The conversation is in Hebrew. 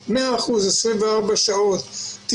אחוזים במשך 24 שעות ביממה,